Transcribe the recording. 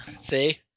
See